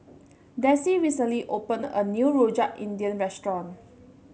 Desi recently opened a new Rojak India restaurant